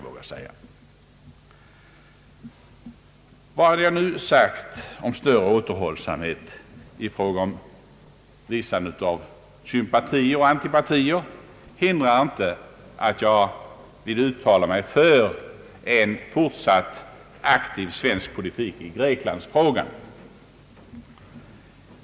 Vad jag nu sagt om större återhållsamhet i fråga om visandet av sympatier och antipatier hindrar inte att jag vill uttala mig för en fortsatt aktiv svensk politik i Greklandsfrågan.